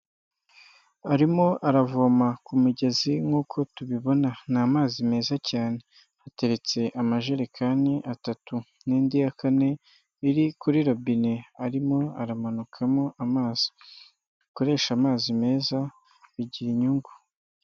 Arimo aravoma ku mugezi nk'uko tubibona, ni amazi meza cyane, hateretse amajerekani atatu n'indi ya kane, iri kuri robine arimo aramanukamo amazi, dukoreshe amazi meza, bigira inyungu.